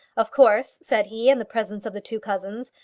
of course, said he, in the presence of the two cousins,